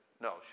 No